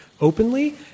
openly